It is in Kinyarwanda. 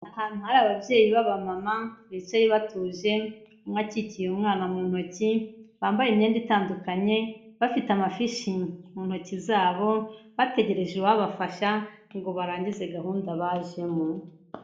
Ahantu hari ababyeyi b'abama bicaye batuje, umwe akikiye umwana mu ntoki, bambaye imyenda itandukanye, bafite amafishi mu ntoki zabo, bategereje uwabafasha ngo barangize gahunda bajemo.